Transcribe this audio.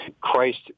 Christ